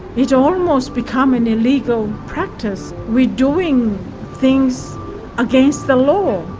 it almost becomes an illegal practice, we're doing things against the law,